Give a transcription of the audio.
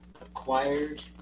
acquired